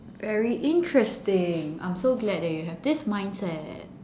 very interesting I'm so glad that you have this mindset